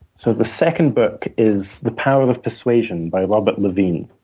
so the second book is the power of persuasion, by robert levine.